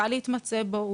קל להתמצא בו,